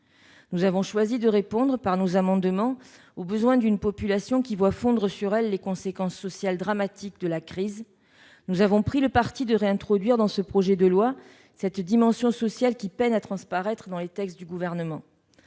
Nous avons choisi de répondre par nos amendements aux besoins d'une population qui voit fondre sur elle les conséquences sociales dramatiques de la crise. Nous avons pris le parti de réintroduire dans ce projet de loi cette dimension sociale qui peine à transparaître dans les textes du Gouvernement.